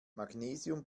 magnesium